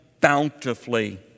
bountifully